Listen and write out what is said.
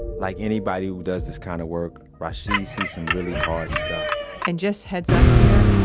like anybody who does this kind of work, rashid sees some really hard stuff and just heads up here,